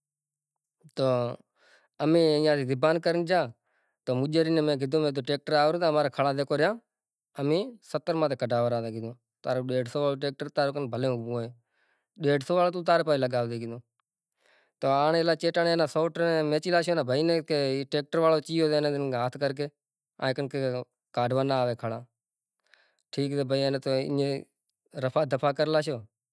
مطلب کہ بیزا بھی ایوا خاشا ڈینہں ہوئیں آن ہیک ڈینہں ہوئے ہولی، ہولی